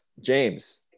James